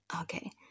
Okay